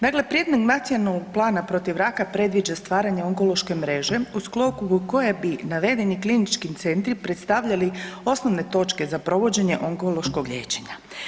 Dakle, Prijedlog nacionalnog plana protiv raka predviđa stvaranje onkološke mreže u sklopu koje bi navedeni klinički centri predstavljali osnovne točke za provođenje onkološkog liječenja.